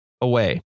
away